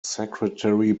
secretary